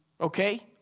Okay